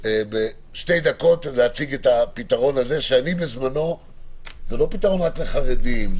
שתי דקות להציג את הפתרון הזה -- -זה לא פתרון רק לחרדים.